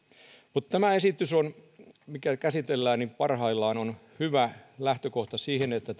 mutta tämä esitys mitä käsitellään parhaillaan on teknologisesti neutraali ja hyvä lähtökohta siihen että